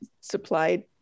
supplied